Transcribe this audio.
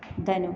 ധനു